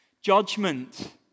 judgment